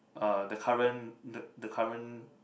uh the current the the current